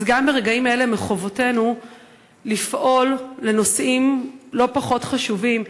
גם ברגעים אלו מחובתנו לפעול למען נושאים לא פחות חשובים.